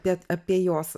bet apie jos